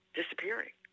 disappearing